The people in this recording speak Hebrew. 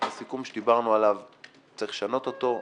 הסיכום שדיברנו עליו צריך לשנות אותו,